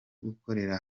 gukorera